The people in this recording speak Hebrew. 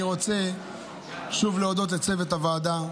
אני רוצה להודות שוב לצוות הוועדה,